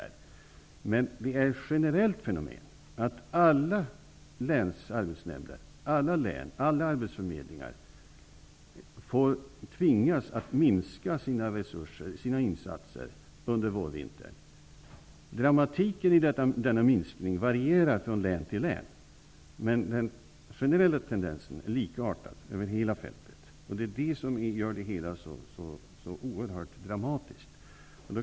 Men det är ett generellt fenomen, att man i alla län tvingas minska insatserna under vårvintern. Dramatiken i denna minskning varierar från län till län. Men den generella tendensen är likartad över hela fältet. Det är det som gör det hela så dramatiskt.